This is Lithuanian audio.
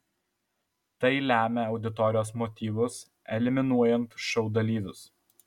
tai lemia auditorijos motyvus eliminuojant šou dalyvius